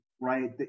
right